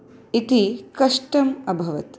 इति कष्टम् अभवत्